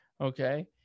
okay